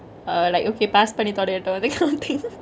err like okay pass பன்னி தொலையட்டு:panni tholaiyattu that kind of thingk